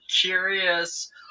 curious